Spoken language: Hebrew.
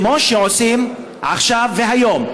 כמו שעושים עכשיו והיום?